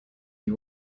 you